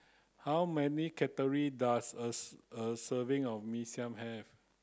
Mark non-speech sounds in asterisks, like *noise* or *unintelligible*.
how many calorie does a *unintelligible* a serving of Mee Siam have